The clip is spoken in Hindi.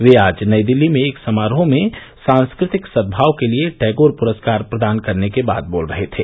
वे आज नई दिल्ली में एक समारोह में सांस्कृतिक सद्भाव के लिए टैगोर पुरस्कार प्रदान करने के बाद बोल रहे थे